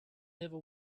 never